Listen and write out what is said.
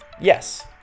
yes